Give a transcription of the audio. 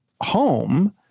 home